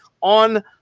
On